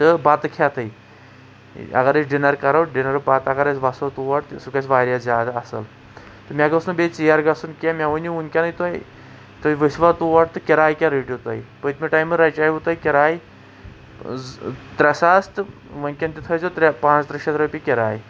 تہٕ بتہٕ کھٮ۪تھٕے اَگر أسۍ ڈِنر کَرو ڈِنرٕ پتہٕ اگر أسۍ وسو تور تہٕ سُہ گژھِ واریاہ زیادٕ اَصٕل تہٕ مےٚ گوٚژھ نہٕ بیٚیہِ ژیٖر گژھُن کیٚنٛہہ مےٚ ؤنِو وُنکٮ۪نٕے تُہی تُہی ؤسۍوا تور تہٕ کِرایہِ کیٛاہ رٔٹِو تۅہہِ پٔتمہِ ٹٲیمہٕ رچیاوٕ تۅہہِ کِراے زٕ ترٛےٚ ساس تہٕ وُنکٮ۪ن تہِ تھٲوِزیٚو ترٚےٚ پانٛژترٕٛہ شتھ روپیہِ کِراے